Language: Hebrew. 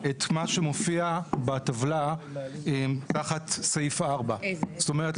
את מה שמופיע בטבלה תחת סעיף 4. זאת אומרת,